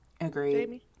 agreed